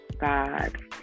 God